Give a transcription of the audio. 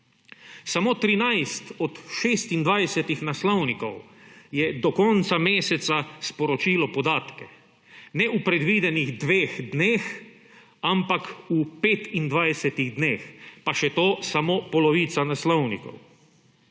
Samo 13 od 26 naslovnikov je do konca meseca sporočilo podatke, ne v predvidenih dveh dneh, ampak v 25 dneh, pa še to samo polovica naslovnikov.